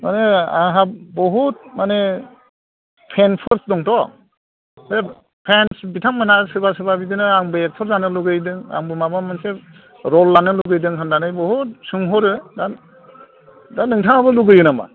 माने आंहा बुहुद माने फेन्सफोर दंथ' बे फेन्स बिथांमोनहा सोरबा सोरबा बिदिनो आंबो एक्टर जानो लुबैदों आंबो माबा मोनसे रल लानो लुगैदों होननानै बुहुद सोंहरो दा दा नोंथाङाबो लुबैयो नामा